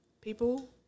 People